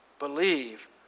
Believe